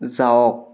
যাওক